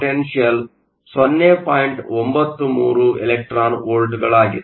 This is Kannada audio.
93 ಎಲೆಕ್ಟ್ರಾನ್ ವೋಲ್ಟ್ಗಳಾಗಿದೆ